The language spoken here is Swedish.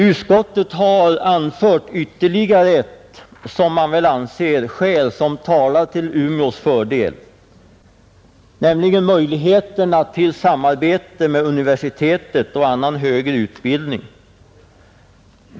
Utskottet har anfört ytterligare ett skäl som man anser talar till Umeås fördel, nämligen möjligheterna till samarbete med universitetet och annan högre utbildning.